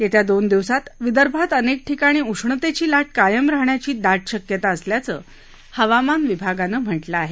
येत्या दोन दिवसात विदर्भात अनेक ठिकाणी उष्णतेची लाट कायम राहण्याची दाट शक्यता असल्याचं हवामान विभागानं म्हटलं आहे